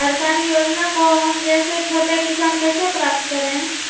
सरकारी योजना को हम जैसे छोटे किसान कैसे प्राप्त करें?